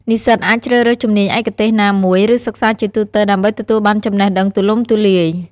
និស្សិតអាចជ្រើសរើសជំនាញឯកទេសណាមួយ ឬសិក្សាជាទូទៅដើម្បីទទួលបានចំណេះដឹងទូលំទូលាយ។